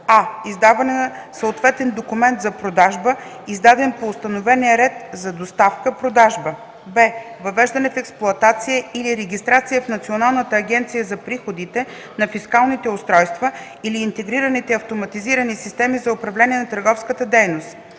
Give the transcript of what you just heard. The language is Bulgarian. а) издаване на съответен документ за продажба, издаден по установения ред за доставка/продажба; б) въвеждане в експлоатация или регистрация в Националната агенция за приходите на фискалните устройства или интегрираните автоматизирани системи за управление на търговската дейност;